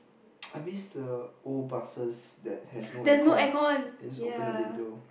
I miss the old buses that has no aircon I just open the window